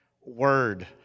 word